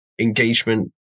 engagement